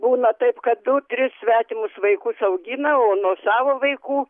būna taip kad du tris svetimus vaikus augina o nuo savo vaikų